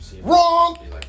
Wrong